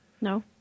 No